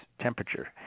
temperature